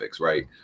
right